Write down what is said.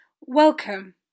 Welcome